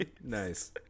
Nice